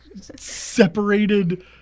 separated